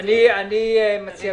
אני מציע